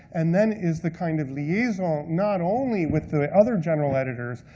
and then is the kind of liaison, not only with the other general editors,